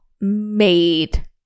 made